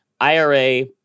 IRA-